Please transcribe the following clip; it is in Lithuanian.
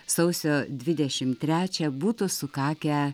sausio dvidešimt trečią būtų sukakę